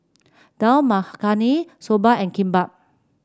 Dal Makhani Soba and Kimbap